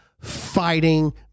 fighting